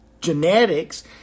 genetics